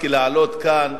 משרנסקי לעלות לכאן,